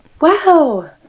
wow